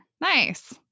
nice